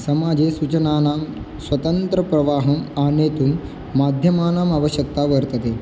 समाजे सूचनानां स्वतन्त्रः प्रवाहः आनेतुं माध्यमानाम् आवश्यकता वर्तते